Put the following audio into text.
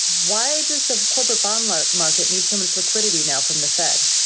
why does the corporate bond like market need so much liquidity now from the fed?